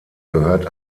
gehört